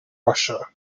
russia